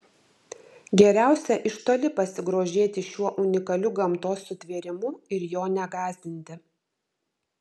geriausia iš toli pasigrožėti šiuo unikaliu gamtos sutvėrimu ir jo negąsdinti